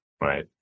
right